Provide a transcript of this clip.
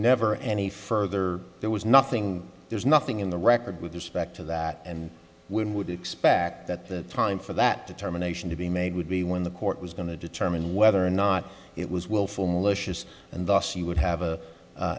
never any further there was nothing there's nothing in the record with respect to that and when would expect that the time for that determination to be made would be when the court was going to determine whether or not it was willful malicious and thus you would have a